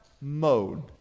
mode